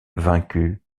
vaincu